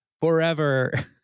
forever